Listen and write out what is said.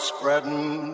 Spreading